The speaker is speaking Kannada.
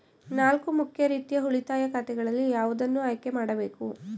ನಾಲ್ಕು ಮುಖ್ಯ ರೀತಿಯ ಉಳಿತಾಯ ಖಾತೆಗಳಲ್ಲಿ ಯಾವುದನ್ನು ಆಯ್ಕೆ ಮಾಡಬೇಕು?